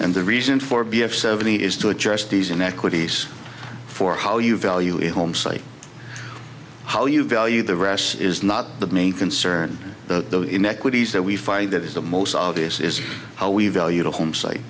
and the reason for b f seventy is to address these inequities for how you value it homesite how you value the ras is not the main concern the inequities that we find that is the most obvious is how we value the home site